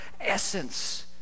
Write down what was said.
essence